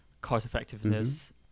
cost-effectiveness